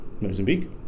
Mozambique